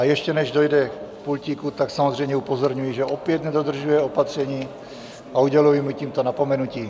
Ještě než dojde k pultíku, tak samozřejmě upozorňuji, že opět nedodržuje opatření, a uděluji mu tímto napomenutí.